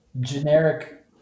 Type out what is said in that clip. generic